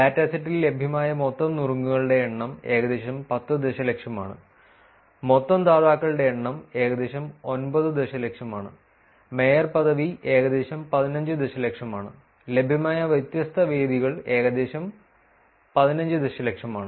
ഡാറ്റാസെറ്റിൽ ലഭ്യമായ മൊത്തം നുറുങ്ങുകളുടെ എണ്ണം ഏകദേശം 10 ദശലക്ഷമാണ് മൊത്തം ദാതാക്കളുടെ എണ്ണം ഏകദേശം 9 ദശലക്ഷമാണ് മേയർ പദവി ഏകദേശം 15 ദശലക്ഷമാണ് ലഭ്യമായ വ്യത്യസ്ത വേദികൾ ഏകദേശം 15 ദശലക്ഷമാണ്